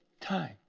time